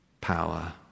power